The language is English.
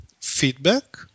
feedback